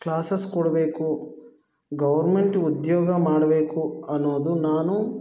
classes ಕೊಡಬೇಕು government ಉದ್ಯೋಗ ಮಾಡಬೇಕು ಅನ್ನೋದು ನಾನು